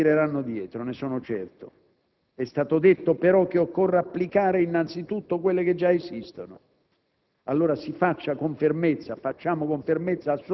Servono altre leggi? Le Camere non si tireranno indietro, ne sono certo; è stato detto, però, che occorre applicare innanzitutto quelle che già esistono,